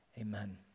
amen